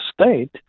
state